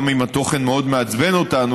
גם אם התוכן מאוד מעצבן אותנו,